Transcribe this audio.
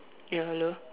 ya hello